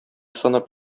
санап